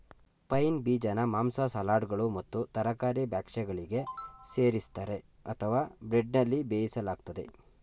pine ಬೀಜನ ಮಾಂಸ ಸಲಾಡ್ಗಳು ಮತ್ತು ತರಕಾರಿ ಭಕ್ಷ್ಯಗಳಿಗೆ ಸೇರಿಸ್ತರೆ ಅಥವಾ ಬ್ರೆಡ್ನಲ್ಲಿ ಬೇಯಿಸಲಾಗ್ತದೆ